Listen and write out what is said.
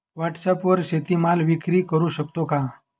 व्हॉटसॲपवर शेती माल विक्री करु शकतो का?